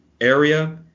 area